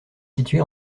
située